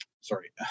sorry